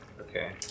Okay